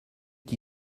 qui